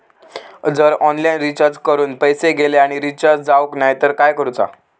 जर online recharge करून पैसे गेले आणि रिचार्ज जावक नाय तर काय करूचा?